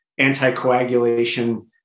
anticoagulation